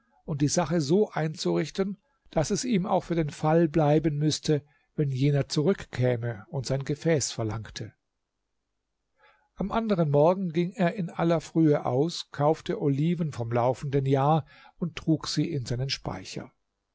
und die sache so einzurichten daß es ihm auch für den fall bleiben müßte wenn jener zurückkäme und sein gefäß verlangte am anderen morgen ging er in aller frühe aus kaufte oliven vom laufenden jahr und trug sie in seinen speicher